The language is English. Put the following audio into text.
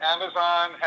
Amazon